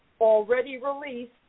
already-released